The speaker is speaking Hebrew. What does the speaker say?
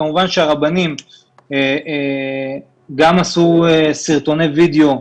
כמובן שהרבנים גם עשו סרטוני וידיאו,